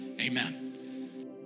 Amen